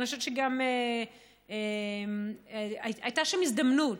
אני חושבת שגם הייתה שם הזדמנות,